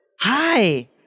Hi